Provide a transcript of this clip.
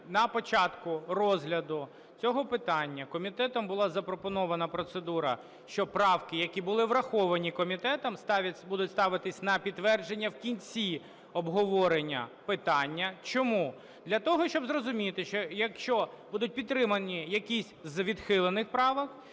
на початку розгляду цього питання комітетом була запропонована процедура, що правки, які були враховані комітетом, будуть ставитися на підтвердження в кінці обговорення питання. Чому? Для того, щоб зрозуміти, що якщо будуть підтримані якісь із відхилених правок,